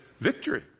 victory